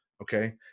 Okay